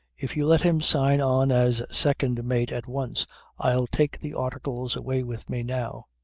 if you let him sign on as second-mate at once i'll take the articles away with me now.